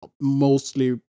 mostly